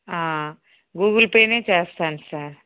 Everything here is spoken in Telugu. గూగుల్ పేనే చేస్తాను సార్